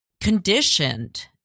conditioned